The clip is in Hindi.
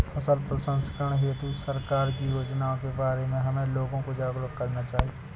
फसल प्रसंस्करण हेतु सरकार की योजनाओं के बारे में हमें लोगों को जागरूक करना चाहिए